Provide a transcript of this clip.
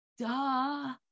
duh